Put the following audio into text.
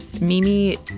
Mimi